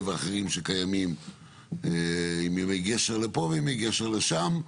ואחרים שקיימים עם ימי גשר לפה וימי גשר לשם,